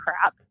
crap